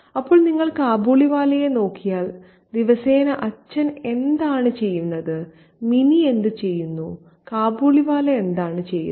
അപ്പോൾ നിങ്ങൾ കാബൂളിവാലയെ നോക്കിയാൽ ദിവസേന അച്ഛൻ എന്താണ് ചെയ്യുന്നത് മിനി എന്ത് ചെയ്യുന്നു കാബൂളിവാല എന്താണ് ചെയ്യുന്നത്